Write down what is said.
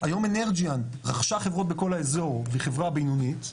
היום אנרג'יאן רכשה חברות בכל האזור והיא חברה בינונית,